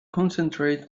concentrate